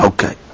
Okay